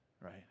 right